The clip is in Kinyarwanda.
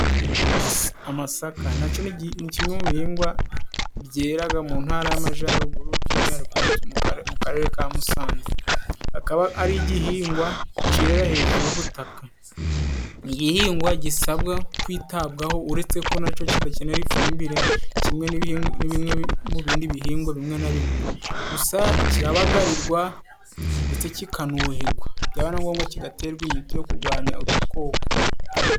Amasaka naco ni kimwe mu bihingwa byeraga mu Ntara y'Amajaruguru, by'umwihariko mu Karere ka Musanze, akaba ari igihingwa kerera hejuru y'ubutaka. Igihingwa gisabwa kwitabwaho uretse ko naco kidakenera ifumbire kimwe n'ibindi bihingwa bimwe na bimwe, gusa kirabagarirwa, ndetse kikanuhirwa byaba ngombwa kigaterwa imiti yo kurwanya udukoko.